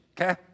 okay